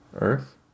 Earth